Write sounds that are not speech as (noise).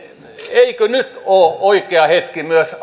eikö nyt ole oikea hetki myös (unintelligible)